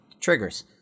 triggers